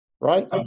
right